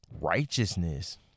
righteousness